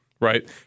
right